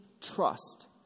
trust